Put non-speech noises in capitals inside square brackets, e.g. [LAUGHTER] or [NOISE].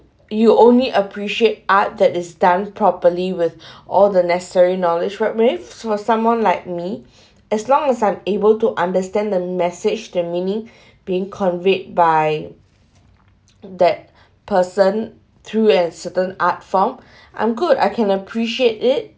you only appreciate art that is done properly with [BREATH] all the necessary knowledge wrote with so for someone like me as long as I'm able to understand the message the meaning being conveyed by that person through a certain art form I'm good I can appreciate it